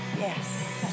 Yes